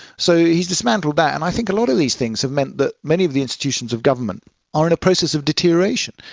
so he has dismantled that, and i think a lot of these things have meant that many of the institutions of government are in a process of deterioration.